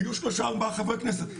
היו שלושה ארבעה חברי כנסת,